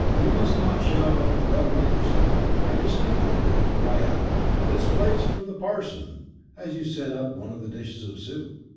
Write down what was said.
you must not shout up the dumb waiter so. i distinctly heard you cry out this plate's for the parson as you sent up one of the dishes of soup.